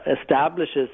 establishes